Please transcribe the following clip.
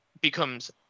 becomes